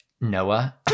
Noah